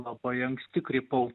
labai anksti krypau